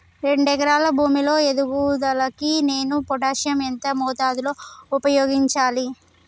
రెండు ఎకరాల భూమి లో ఎదుగుదలకి నేను పొటాషియం ఎంత మోతాదు లో ఉపయోగించాలి?